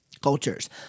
cultures